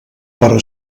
però